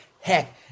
Heck